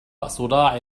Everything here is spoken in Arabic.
صداع